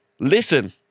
Listen